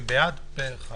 מי בעד?